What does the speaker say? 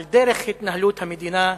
על דרך התנהלות המדינה,